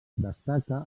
destaca